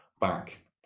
back